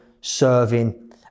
serving